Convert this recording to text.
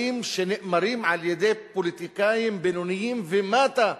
שנאמרים על-ידי פוליטיקאים בינוניים ומטה,